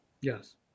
Yes